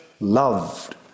loved